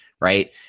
right